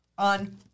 on